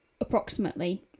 approximately